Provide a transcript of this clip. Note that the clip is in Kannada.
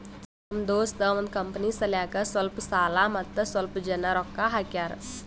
ನಮ್ ದೋಸ್ತ ಅವಂದ್ ಕಂಪನಿ ಸಲ್ಯಾಕ್ ಸ್ವಲ್ಪ ಸಾಲ ಮತ್ತ ಸ್ವಲ್ಪ್ ಜನ ರೊಕ್ಕಾ ಹಾಕ್ಯಾರ್